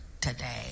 today